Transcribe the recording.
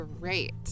great